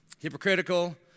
Hypocritical